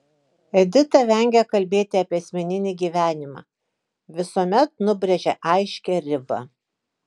edita vengia kalbėti apie asmeninį gyvenimą visuomet nubrėžia aiškią ribą